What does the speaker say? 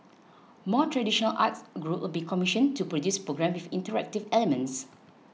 more traditional arts groups will be commissioned to produce programmes with interactive elements